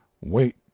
wait